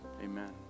Amen